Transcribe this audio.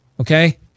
okay